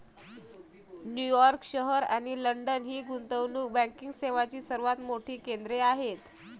New York शहर आणि London ही गुंतवणूक बँकिंग सेवांची सर्वात मोठी केंद्रे आहेत